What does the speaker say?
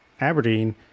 Aberdeen